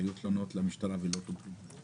שהיו תלונות למשטרה שלא טופלו?